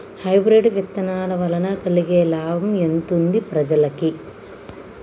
Hybrid విత్తనాల వలన కలిగే లాభం ఎంతుంది ప్రజలకి?